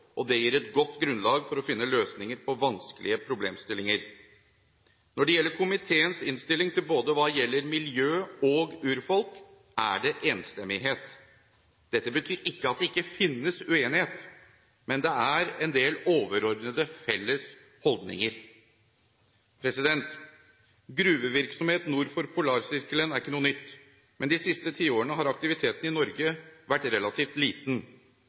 og det gir et godt grunnlag for å finne løsninger på vanskelige problemstillinger. Når det gjelder komiteens innstilling til hva gjelder både miljø og urfolk, er det enstemmighet. Dette betyr ikke at det ikke finnes uenighet, men det er en del overordnede felles holdninger. Gruvevirksomhet nord for polarsirkelen er ikke noe nytt, men de siste tiårene har aktiviteten i Norge vært relativt liten.